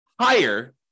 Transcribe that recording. higher